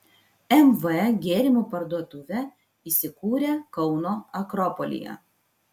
mv gėrimų parduotuvė įsikūrė kauno akropolyje